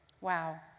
Wow